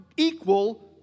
Equal